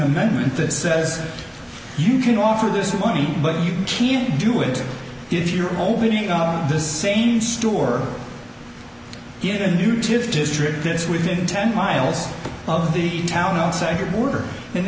amendment that says you can offer this money but you can't do it if you're opening up the same store in a new chief district it's within ten miles of the town outside your border and